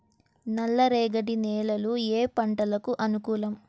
నల్లరేగడి నేలలు ఏ పంటలకు అనుకూలం?